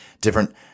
different